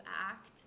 act